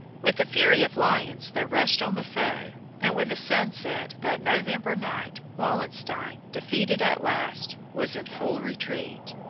with the fury of lions they rushed on the foe, and when the sun set that november night wallenstein, defeated at last, was in full retreat.